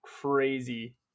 crazy